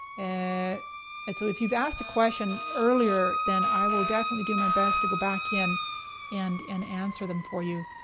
and and so if you've asked a question earlier, than i will definitely do my best to go back and and answer them for you.